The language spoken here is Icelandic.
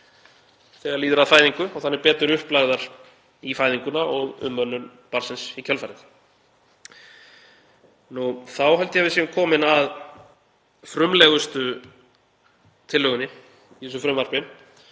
þegar líður að fæðingu og þannig betur upplagðar í fæðinguna og umönnun barnsins í kjölfarið. Þá held ég að við séum komin að frumlegustu tillögunni í þessu frumvarpi